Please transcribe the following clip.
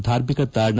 ಧಾರ್ಮಿಕ ತಾಣ